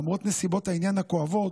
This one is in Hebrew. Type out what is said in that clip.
למרות נסיבות העניין הכואבות,